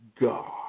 God